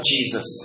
Jesus